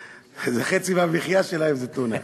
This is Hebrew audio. חצי מהמחיה שלהם זה טונה.